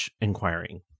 inquiring